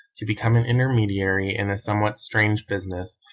to become an intermediary in a some what strange business,